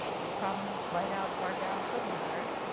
no problem. light out, dark out, doesn't matter.